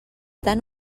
tant